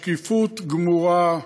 שקיפות גמורה,